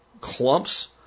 clumps